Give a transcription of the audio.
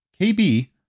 KB